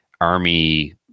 army